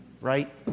right